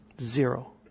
zero